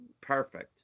perfect